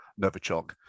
Novichok